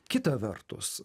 kita vertus